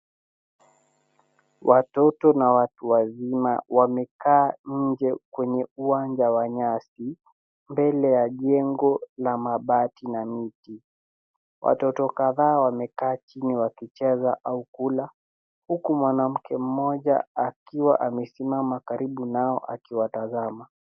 Watoto na watu wazima wamekaa nje kwenye uwanja wa nyasi mbele ya jengo la mabati na miti. Watoto kadhaa wamekaa chini wakicheza au kula huku mwanamke mmoja akiwa amesimama karibu nao akiwatazama.